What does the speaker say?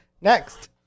next